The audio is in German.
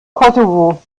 kosovo